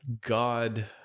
God